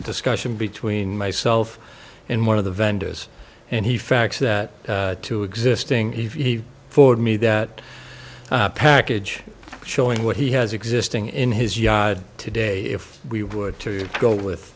discussion between myself and one of the vendors and he fax that to existing if he forward me that package showing what he has existing in his yard today if we were to go with